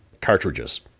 Cartridges